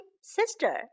sister